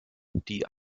die